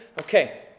Okay